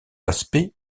aspects